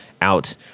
out